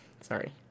Sorry